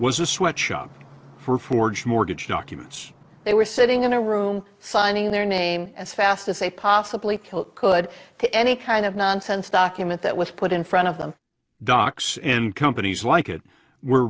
was a sweatshop for forged mortgage documents they were sitting in a room signing their name as fast as they possibly could to any kind of nonsense document that was put in front of them docs and companies like it were